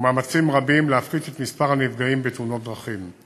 ומאמצים רבים להפחית את מספר הנפגעים בתאונות דרכים.